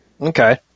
Okay